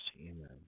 Amen